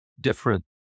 different